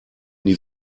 die